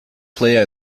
player